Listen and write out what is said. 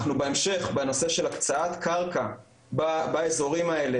אנחנו בהמשך בנושא של הקצאת קרקע באזורים האלה